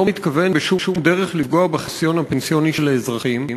מתכוון לפגוע בשום דרך בחיסכון הפנסיוני של האזרחים.